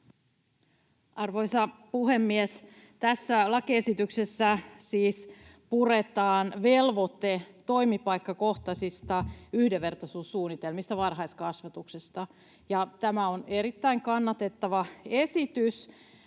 Arvoisa puhemies! Tässä lakiesityksessä siis puretaan velvoite toimipaikkakohtaisista yhdenvertaisuussuunnitelmista varhaiskasvatuksessa, ja tämä on erittäin kannatettava esitys.